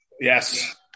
Yes